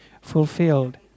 fulfilled